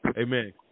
Amen